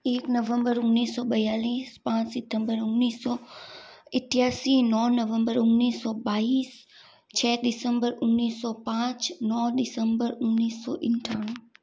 एक नवम्बर उन्नीस सौ बयालीस पाँच सितम्बर उन्नीस सौ इठयासी नौ नवम्बर उन्नीस सौ बाईस छः दिसम्बर उन्नीस सौ पाँच नौ दिसम्बर उन्नीस सौ अठानवे